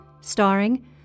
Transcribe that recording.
starring